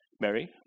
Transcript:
Mary